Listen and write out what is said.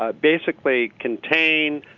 ah basically contained